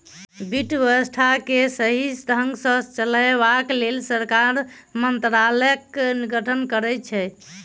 वित्त व्यवस्था के सही ढंग सॅ चलयबाक लेल सरकार मंत्रालयक गठन करने छै